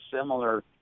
similar